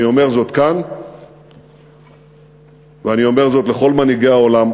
אני אומר זאת כאן ואני אומר זאת לכל מנהיגי העולם,